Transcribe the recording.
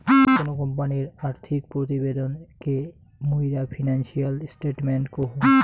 কোনো কোম্পানির আর্থিক প্রতিবেদন কে মুইরা ফিনান্সিয়াল স্টেটমেন্ট কহু